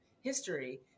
history